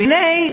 והנה,